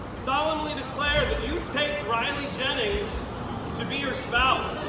solemnly declare that you take reilly jennings to be your spouse?